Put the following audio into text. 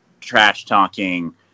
trash-talking